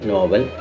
Novel